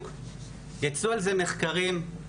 יצאו על זה מחקרים,